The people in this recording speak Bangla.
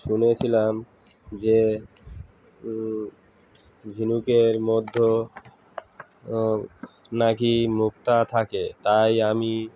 শুনেছিলাম যে ঝিনুকের মধ্যে না কি মুক্তা থাকে তাই আমি